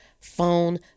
phone